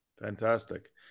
fantastic